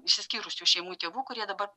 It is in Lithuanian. išsiskyrusių šeimų tėvų kurie dabar